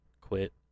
quit